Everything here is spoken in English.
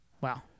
Wow